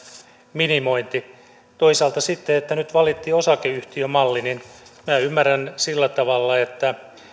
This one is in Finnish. minimointi toisaalta sen että nyt valittiin osakeyhtiömalli minä ymmärrän sillä tavalla että